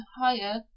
higher